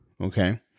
Okay